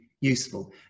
useful